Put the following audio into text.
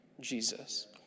Jesus